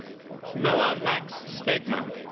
noah max stegman.